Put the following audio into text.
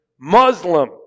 Muslim